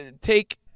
take